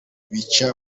bica